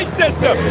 system